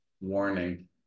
warning